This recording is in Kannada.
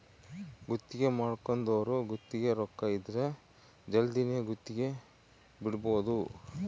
ಗುತ್ತಿಗೆ ಮಾಡ್ಕೊಂದೊರು ಗುತ್ತಿಗೆ ರೊಕ್ಕ ಇದ್ರ ಜಲ್ದಿನೆ ಗುತ್ತಿಗೆ ಬಿಡಬೋದು